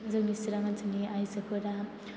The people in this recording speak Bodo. जोंनि चिरां ओनसोलनि आयजोफोरा